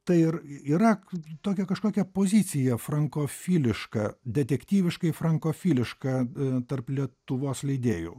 tai ir yra tokia kažkokia pozicija frankofiliška detektyviškai frankofiliška tarp lietuvos leidėjų